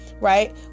right